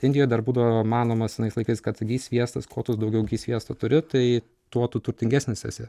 indijoj dar būdavo manoma senais laikais kad gi sviestas kuo tu daugiau gi sviesto turi tai tuo tu turtingesnis esi